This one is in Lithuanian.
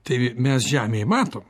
tai mes žemėj matom